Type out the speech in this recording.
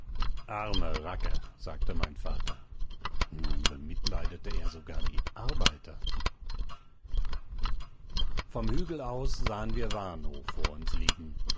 arme racker sagte mein vater nun bemitleidete er sogar die arbeiter vom hügel aus sahen wir warnow vor uns liegen